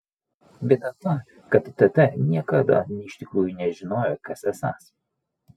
bėda ta kad tt niekada iš tikrųjų nežinojo kas esąs